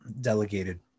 delegated